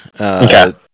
okay